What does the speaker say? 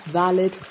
valid